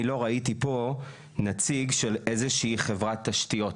אני לא ראיתי פה נציג של איזושהי חברת תשתיות.